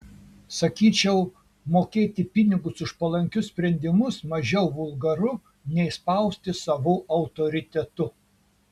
sakyčiau mokėti pinigus už palankius sprendimus mažiau vulgaru nei spausti savu autoritetu